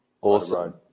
Awesome